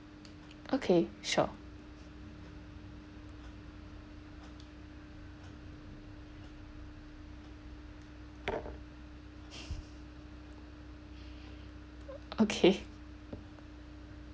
okay sure okay